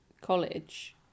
college